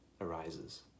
arises